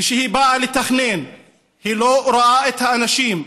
וכשהיא באה לתכנן היא לא רואה את האנשים,